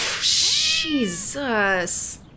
Jesus